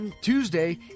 tuesday